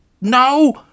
No